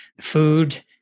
food